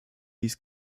dies